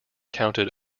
counted